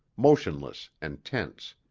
motionless and tense.